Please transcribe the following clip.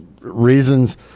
reasons